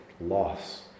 loss